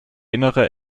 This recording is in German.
innere